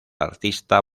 artista